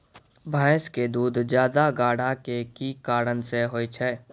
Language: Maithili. भैंस के दूध ज्यादा गाढ़ा के कि कारण से होय छै?